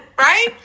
right